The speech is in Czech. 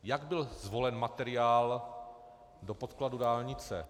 Jak byl zvolen materiál do podkladu dálnice?